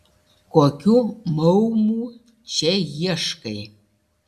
kokių maumų čia ieškai